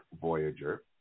Voyager